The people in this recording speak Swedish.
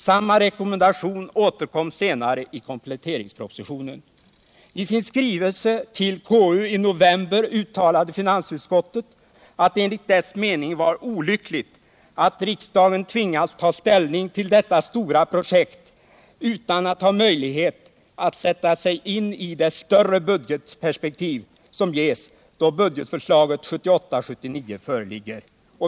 Samma rekommendation återkom senare i kompletteringspropositionen. I sin skrivelse till konstitutionsutskottet i november uttalade finansutskottet att det enligt dess mening var olyckligt ”att riksdagen tvingas ta ställning till detta stora projekt utan att ha möjlighet att sätta in det i det större budgetperspektiv som ges då budgetförslaget för 1978/79 föreligger”.